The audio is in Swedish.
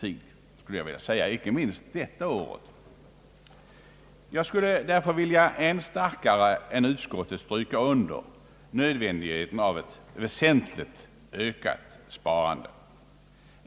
tid, inte minst under detta år. Jag skulle därför ännu starkare än utskottet vilja stryka under nödvändigheten av ett väsentligt ökat sparande.